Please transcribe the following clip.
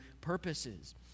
purposes